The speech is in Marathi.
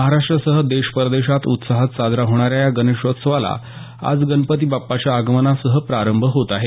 महाराष्ट्रसह देश परदेशात उत्साहात साजऱ्या होणाऱ्या गणेशोत्सवाला आज गणपती बाप्पाच्या आगमनासह प्रारंभ होत आहे